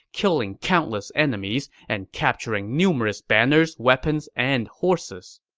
killing countless enemies and capturing numerous banners, weapons, and horses.